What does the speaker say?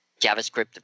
JavaScript